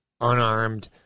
unarmed